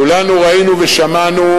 כולנו ראינו ושמענו,